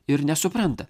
ir nesupranta